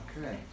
Okay